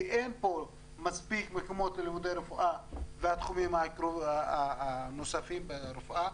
כי אין פה מספיק מקומות ללימודי רפואה והתחומים הנוספים ברפואה,